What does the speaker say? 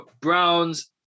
Browns